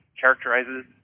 characterizes